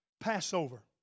Passover